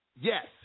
Yes